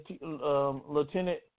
Lieutenant